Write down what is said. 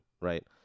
Right